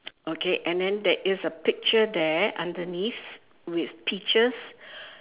okay and then there is a picture there underneath with peaches